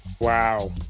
wow